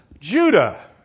Judah